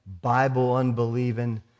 Bible-unbelieving